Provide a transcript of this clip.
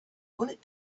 bullet